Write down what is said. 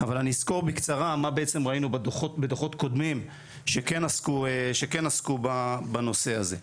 אבל אני אסקור בקצרה מה בעצם ראינו בדוחות קודמים שכן עסקו בנושא הזה.